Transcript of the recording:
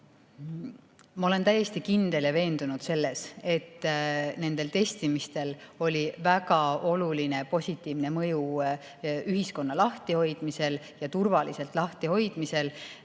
Ma olen täiesti kindel ja veendunud selles, et nendel testimistel oli väga oluline positiivne mõju ühiskonna lahti hoidmisel, just turvaliselt lahti hoidmisel.